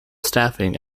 staffing